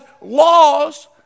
laws